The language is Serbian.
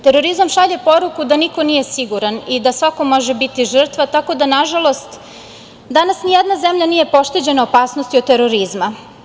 Terorizam šalje poruku da niko nije siguran i da svako može biti žrtva, tako da, nažalost, danas ni jedna zemlja nije pošteđena opasnosti od terorizma.